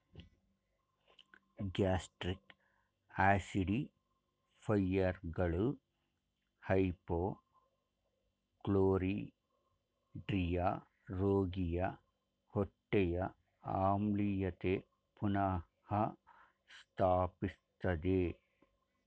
gastric ಆಸಿಡಿಫೈಯರ್ಗಳು hypochlorhydria ರೋಗಿಯ ಹೊಟ್ಟೆಯ ಆಮ್ಲೀಯತೆ ಪುನಃ ಸ್ಥಾಪಿಸ್ತದೆ